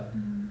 mm